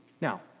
Now